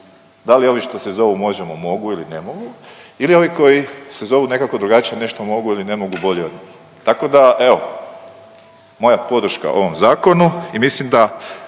Da li ovi što se zovu Možemo! mogu ili ne mogu ili ovi koji se zovu nekako drugačije nešto mogu ili ne mogu bolje od njih. Tako da, evo, moja podrška ovom Zakonu i mislim da